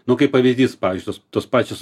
nu kaip pavyzdys pavyzdžiui tos tos pačios